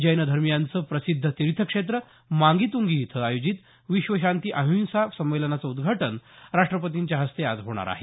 जैन धर्मीयांचं प्रसिद्ध तीर्थक्षेत्र मांगीतंगी इथं आयोजित विश्वशांती अहिंसा संमेलनांचं उद्घाटन राष्ट्रपतींच्या हस्ते आज होणार आहे